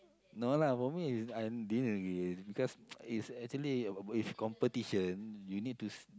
no lah for me is I didn't agree because it's actually if if competition you need to s~